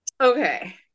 Okay